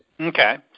Okay